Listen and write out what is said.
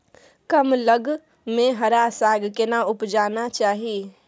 कम लग में हरा साग केना उपजाना चाही?